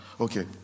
okay